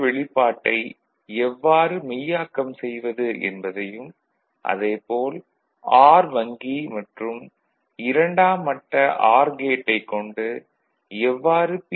வெளிப்பாட்டை எவ்வாறு மெய்யாக்கம் செய்வது என்பதையும் அதே போல் ஆர் வங்கி மற்றும் இரண்டாம் மட்ட ஆர் கேட்டைக் கொண்டு எவ்வாறு பி